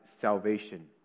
salvation